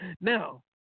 Now